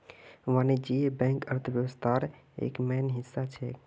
वाणिज्यिक बैंक अर्थव्यवस्थार एक मेन हिस्सा छेक